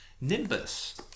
Nimbus